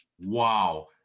wow